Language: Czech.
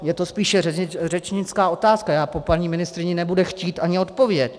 Je to spíše řečnická otázka, já po paní ministryni nebudu chtít ani odpověď.